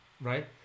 right